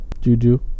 Juju